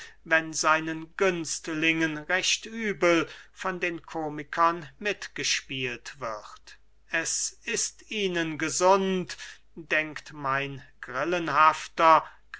wenn seinen günstlingen recht übel von den komikern mitgespielt wird es ist ihnen gesund denkt mein